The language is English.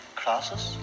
classes